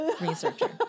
researcher